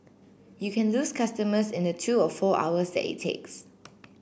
you can lose customers in the two or four hours that it takes